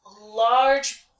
large